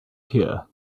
here